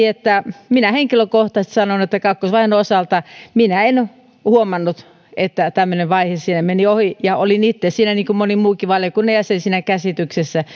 että minä henkilökohtaisesti sanon että kakkosvaiheen osalta minä en huomannut että tämmöinen vaihe siinä meni ohi ja olin itse niin kuin moni muukin valiokunnan jäsen siinä käsityksessä